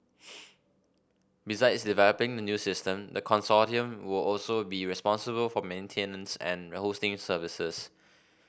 besides developing the new system the consortium will also be responsible for maintenance and hosting services